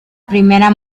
primera